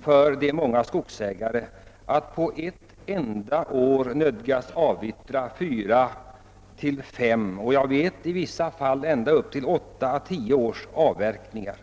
för mång: skogsägare att på ett enda år nödga: avyttra fyra till fem års och i visse fall ända upp till åtta å tio års avverkningar.